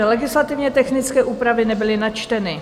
Legislativně technické úpravy nebyly načteny.